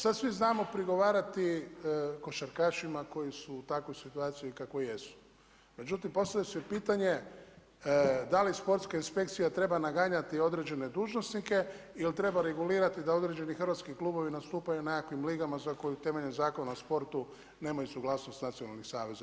Sada svi znamo prigovarati košarkašima koji su u takvoj situaciji kakvoj jesu, međutim postavlja se pitanje da li sportska inspekcija treba naganjati određene dužnosnike jel treba regulirati da određeni hrvatski klubovi nastupaju u nekakvim ligama za koju temeljem Zakona o sportu nemaju suglasnost nacionalnih saveza.